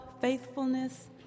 faithfulness